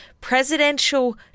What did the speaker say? presidential